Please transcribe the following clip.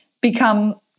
become